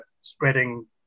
spreading